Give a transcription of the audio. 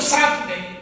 Saturday